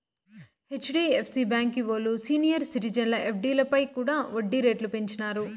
HDFC బాంకీ ఓల్లు senior సిటిజన్ల ఎఫ్డీలపై కూడా ఒడ్డీ రేట్లు పెంచినారు